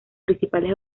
principales